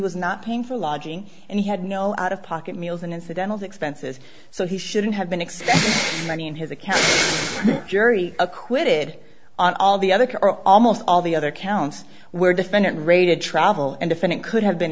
was not paying for lodging and he had no out of pocket meals and incidental expenses so he shouldn't have been expelled i mean his account jury acquitted on all the other almost all the other counts where defendant rated travel and defendant could have been